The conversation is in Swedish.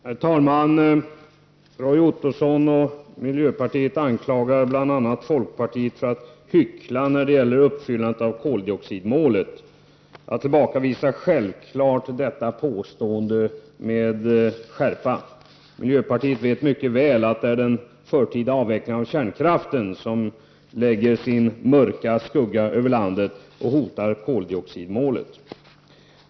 Herr talman! Roy Ottosson och miljöpartiet anklagar bl.a. folkpartiet för att hyckla när det gäller att uppfylla koldioxidmålet. Jag tillbakavisar självfallet detta påstående med skärpa. Miljöpartiet vet mycket väl att det är den förtida avvecklingen av kärnkraften som lägger sin mörka skugga över landet och hotar koldioxidmålet.